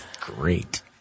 Great